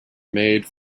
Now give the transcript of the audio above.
made